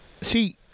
See